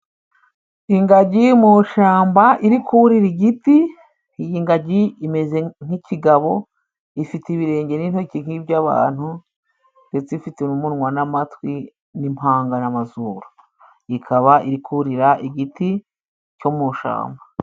Ingagi mu ishamba, iri kurira igiti. Iyi ngagi imeze nk'ikigabo, ifite ibirenge n'intoki nkiby'abantu ndetse ifite umunwa, amatwi, impanga n'amazuru. Ikaba irikurira igiti cyo mushamba.